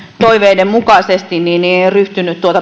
toiveiden mukaisesti ryhtynyt